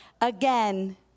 again